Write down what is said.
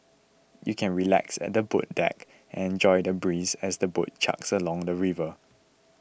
you can relax at the boat deck and enjoy the breeze as the boat chugs along the river